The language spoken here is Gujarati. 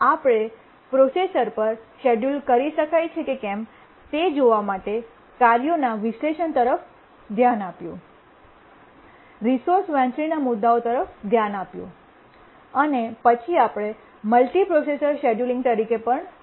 આપણે પ્રોસેસર પર શેડ્યૂલ કરી શકાય છે કે કેમ તે જોવા માટે કાર્યોના વિશ્લેષણ તરફ ધ્યાન આપ્યું રિસોર્સ વહેંચણીના મુદ્દાઓ તરફ ધ્યાન આપ્યું અને પછી આપણે મલ્ટિપ્રોસેસર શેડ્યૂલિંગ તરફ ધ્યાન આપ્યું